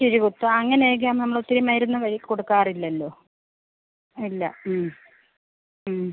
കിഴി കുത്ത് അങ്ങനെയൊക്കെ നമ്മളൊത്തിരി മരുന്ന് കയ്യിൽ കൊടുക്കാറില്ലല്ലോ ഇല്ല